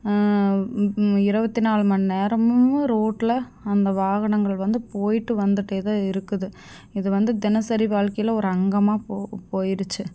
இருபத்தி நாலு மணி நேரமும் ரோட்டில் அந்த வாகனங்கள் வந்து போயிட்டு வந்துகிட்டே தான் இருக்குது இது வந்து தினசரி வாழ்க்கையில் ஒரு அங்கமாக போ போயிடுச்சி